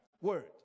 Word